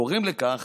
גורם לכך